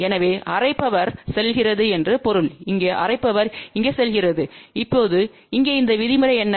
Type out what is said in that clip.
எனவே அரை பவர் செல்கிறது என்று பொருள் இங்கே அரை பவர் இங்கே செல்கிறதுஇப்போது இங்கே இந்த விதிமுறை என்ன